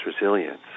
resilience